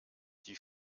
die